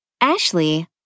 Ashley